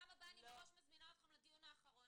פעם הבאה אני אזמין אתכם מראש רק לדיון האחרון.